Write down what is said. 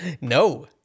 No